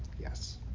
yes